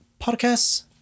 podcasts